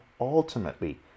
ultimately